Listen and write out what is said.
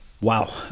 wow